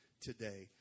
today